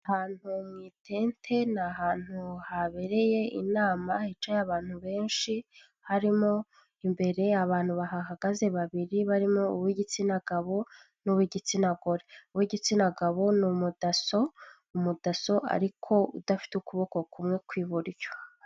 Ahantu mwitente ni ahantu habereye inama hicaye abantu benshi, harimo imbere abantu bahagaze babiri barimo uw'igitsina gabo n'uw'igitsina gore. Uw'igitsina gabo ni umudasso, umudasso ariko udafite ukuboko kumwe kw'iburyo.